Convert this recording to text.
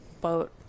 boat